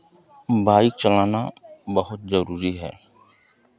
bike चलाना बहुत जरूरी है